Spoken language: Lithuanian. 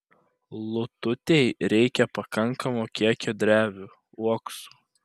lututei reikia pakankamo kiekio drevių uoksų